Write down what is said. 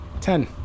Ten